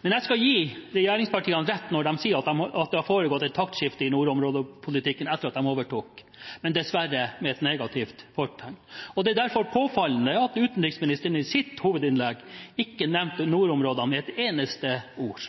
men det er dessverre med negativt fortegn. Det er derfor påfallende at utenriksministeren i sitt hovedinnlegg ikke nevnte nordområdene med et eneste ord.